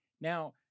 Now